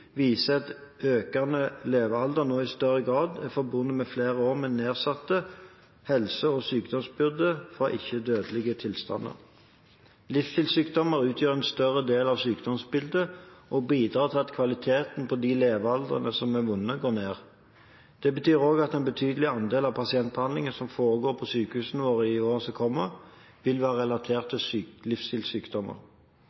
viser at økende levealder nå i større grad er forbundet med flere år med nedsatt helse og sykdomsbyrde fra ikke-dødelige tilstander. Livsstilssykdommer utgjør en større del av sykdomsbildet, og bidrar til at kvaliteten på leveårene som vi har vunnet, går ned. Det betyr også at en betydelig andel av pasientbehandlingen som foregår på sykehusene i årene som kommer, vil være relatert